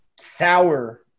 Sour